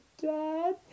Dad